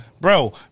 Bro